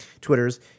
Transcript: Twitters